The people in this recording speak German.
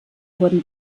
wurden